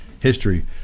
History